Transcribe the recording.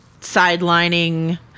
sidelining